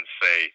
say